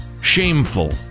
Shameful